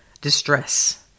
distress